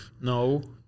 no